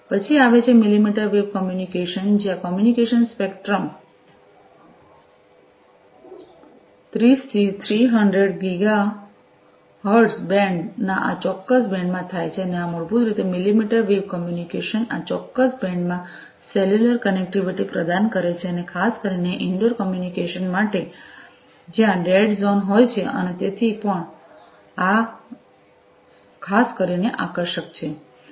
પછી આવે છે મિલિમીટર વેવ કમ્યુનિકેશન જ્યાં કોમ્યુનિકેશન સ્પેક્ટ્રમ 30 થી 300 ગીગા હર્ટ્ઝ બેન્ડ ના આ ચોક્કસ બેન્ડ માં થાય છે અને આ મૂળભૂત રીતે મિલિમીટર વેવ કમ્યુનિકેશન આ ચોક્કસ બેન્ડમાં સેલ્યુલર કનેક્ટિવિટી પ્રદાન કરે છે અને ખાસ કરીને ઇન્ડોર કમ્યુનિકેશન માટે જ્યાં ડેડ ઝોન હોય છે અને તેથી આ પણ ખાસ કરીને આકર્ષક છે